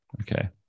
Okay